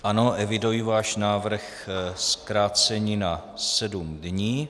Ano, eviduji váš návrh zkrácení na sedm dní.